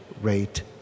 rate